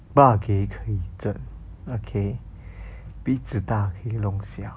ba geh 可以遮 okay 鼻子大可以弄小